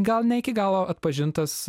gal ne iki galo atpažintas